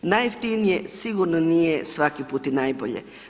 Najjeftinije sigurno nije svaki put i najbolje.